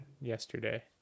yesterday